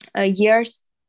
years